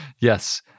Yes